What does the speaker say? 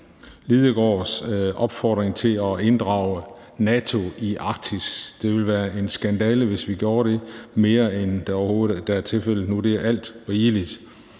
Lidegaards opfordring til at inddrage NATO i Arktis. Det ville være en skandale, hvis vi gjorde det mere, end det overhovedet er tilfældet nu – det er alt rigeligt.